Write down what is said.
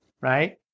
right